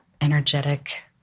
energetic